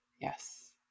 Yes